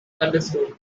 understood